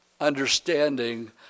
understanding